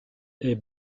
est